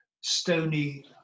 stony